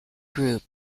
group